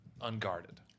unguarded